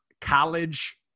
College